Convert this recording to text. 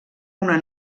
una